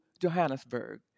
Johannesburg